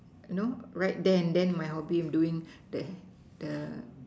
no right there and then my hobby of doing there the